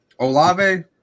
Olave